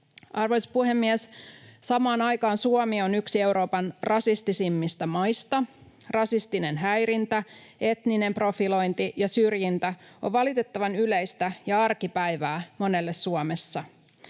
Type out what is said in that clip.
Arvoisa puhemies! Samaan aikaan Suomi on yksi Euroopan rasistisimmista maista. Rasistinen häirintä, etninen profilointi ja syrjintä on valitettavan yleistä ja arkipäivää monelle Suomessa.